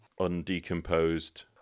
undecomposed